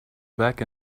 back